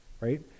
Right